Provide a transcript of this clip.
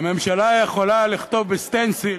הממשלה יכולה לכתוב בסטנסיל